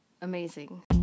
amazing